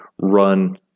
run